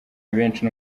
benshi